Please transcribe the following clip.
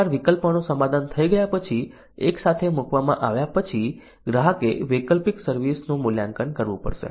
એકવાર વિકલ્પોનું સમાધાન થઈ ગયા પછી એકસાથે મૂકવામાં આવ્યા પછી ગ્રાહકે વૈકલ્પિક સર્વિસ નું મૂલ્યાંકન કરવું પડશે